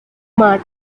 mark